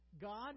God